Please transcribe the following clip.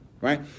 right